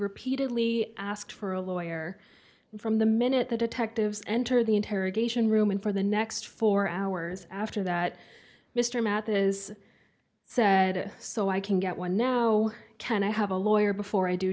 repeatedly asked for a lawyer from the minute the detectives entered the interrogation room and for the next four hours after that mr math is said it so i can get one now can i have a lawyer before i do